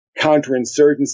counterinsurgency